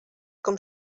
com